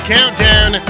Countdown